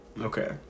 okay